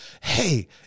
Hey